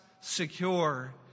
secure